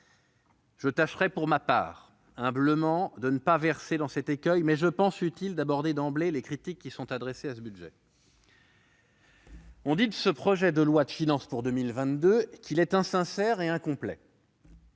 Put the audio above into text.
Je tâcherai pour ma part, humblement, d'éviter cet écueil, mais je pense utile d'aborder d'emblée les critiques qui sont adressées à ce budget. On dit de ce projet de loi de finances pour 2022 qu'il est insincère et incomplet.